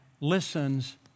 listens